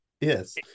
yes